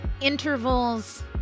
Intervals